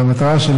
ומטרתה,